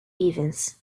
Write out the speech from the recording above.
events